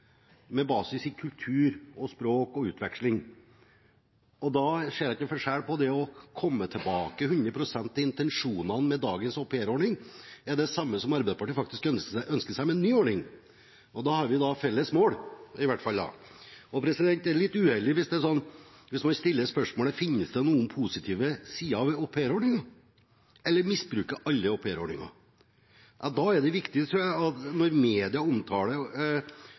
med basis i kultur, språk og utveksling, og da ser jeg ikke noen forskjell, for det å komme 100 pst. tilbake til intensjonene med dagens aupairordning, er jo faktisk det samme som Arbeiderpartiet ønsker seg med en ny ordning. Da har vi i hvert fall et felles mål. Det er litt uheldig hvis man stiller spørsmålet: Finnes det noen positive sider ved aupairordningen, eller misbruker alle aupairordningen? Når media omtaler vertsfamilier som grovt misbruker aupairordningen, er det viktig å påpeke at